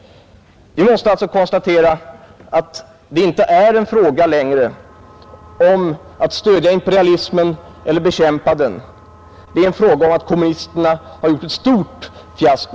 Vi måste alltså konstatera att det inte längre är en fråga om att stödja imperialismen eller att bekämpa den — det är en fråga om att kommunisterna har gjort ett stort fiasko.